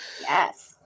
Yes